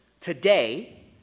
today